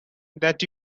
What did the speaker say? that